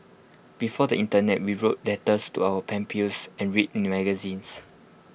before the Internet we wrote letters to our pen pals and read magazines